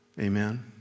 amen